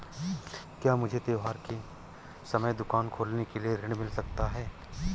क्या मुझे त्योहार के समय दुकान खोलने के लिए ऋण मिल सकता है?